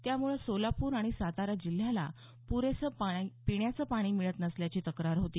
त्यामुळं सोलापूर आणि सातारा जिल्ह्याला पुरेसं पिण्याचं पाणी मिळत नसल्याची तक्रार होती